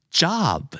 job